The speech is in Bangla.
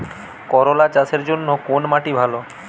করলা চাষের জন্য কোন মাটি ভালো?